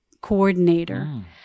coordinator